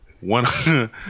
One